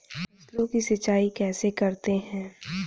फसलों की सिंचाई कैसे करते हैं?